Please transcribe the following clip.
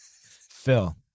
Phil